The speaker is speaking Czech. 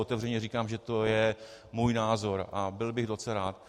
Otevřeně říkám, že to je můj názor, a byl bych docela rád.